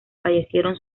fallecieron